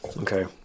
Okay